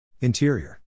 Interior